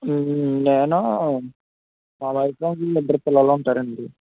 నేను మా వైఫ్ ఇద్దరు పిల్లలుంటారండీ